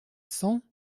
cents